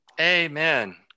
Amen